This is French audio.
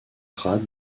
rade